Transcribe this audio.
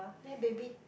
ya baby